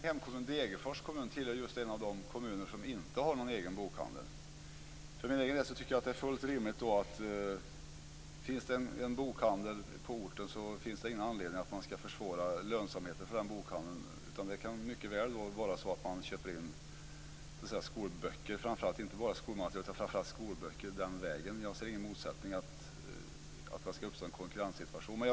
Fru talman! Min hemkommun Degerfors är en av de kommuner som inte har någon egen bokhandel. För egen del tycker jag att det inte finns någon anledning att försvåra lönsamheten för en bokhandel, om det finns en sådan på orten. Man kan köpa in skolmaterial men framför allt skolböcker den vägen. Jag ser ingen anledning till att det ska behöva uppstå någon konkurrenssituation.